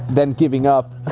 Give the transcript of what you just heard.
then giving up,